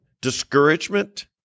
discouragement